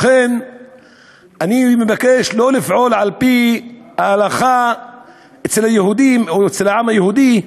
לכן אני מבקש לא לפעול על-פי ההלכה אצל היהודים או אצל העם היהודי,